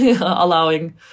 allowing